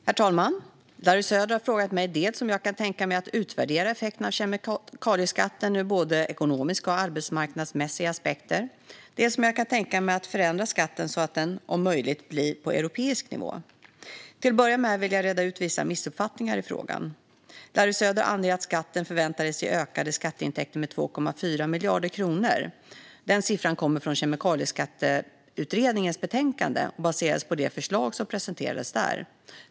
Herr talman! Larry Söder har frågat mig dels om jag kan tänka mig att utvärdera effekterna av kemikalieskatten ur både ekonomiska och arbetsmarknadsmässiga aspekter, dels om jag kan tänka mig att förändra skatten så att den om möjligt blir på europeisk nivå. Till att börja med vill jag reda ut vissa missuppfattningar i frågan. Larry Söder anger att skatten förväntades ge ökade skatteintäkter med 2,4 miljarder kronor. Den siffran kommer från Kemikalieskatteutredningens betänkande och baseras på det förslag som presenterades där.